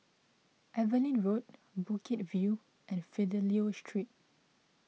Evelyn Road Bukit View and Fidelio Street